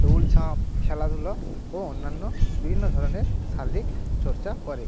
দৌড় ঝাঁপ খেলাধুলা ও অন্যান্য বিভিন্ন ধরনের শারীরিক চর্চা করে